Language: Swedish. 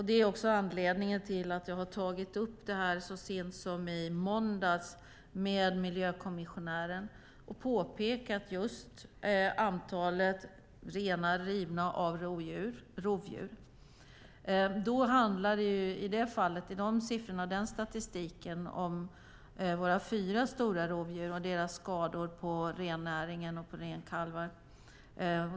Det är anledningen till att jag så sent som i måndags har tagit upp detta med miljökommissionären och påpekat antalet renar rivna av rovdjur. I det fallet, med de siffrorna och den statistiken, handlar det om våra fyra stora rovdjur och deras skador på rennäringen och på renkalvar.